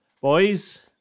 Boys